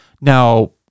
Now